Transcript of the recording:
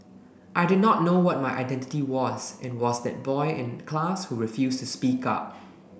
I did not know what my identity was and was that boy in class who refused to speak up